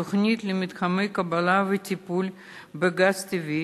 תוכנית למתחמי קבלה וטיפול בגז טבעי.